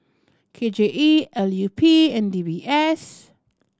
K J E L U P and D B S